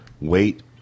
wait